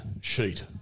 sheet